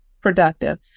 productive